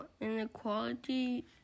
inequality